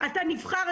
אתה נבחר,